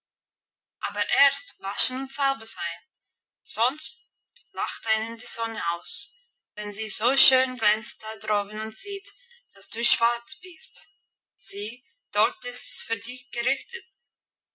aber erst waschen und sauber sein sonst lacht einen die sonne aus wenn sie so schön glänzt da droben und sieht dass du schwarz bist sieh dort ist's für dich gerichtet